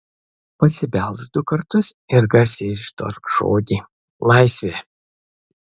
pasibelsk du kartus ir garsiai ištark žodį laisvė